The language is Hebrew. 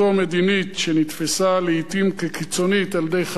שנתפסה לעתים כקיצונית על-ידי חלקים בעם,